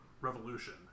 Revolution